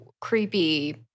creepy